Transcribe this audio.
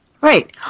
Right